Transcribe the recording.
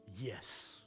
yes